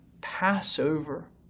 Passover